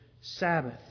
Sabbath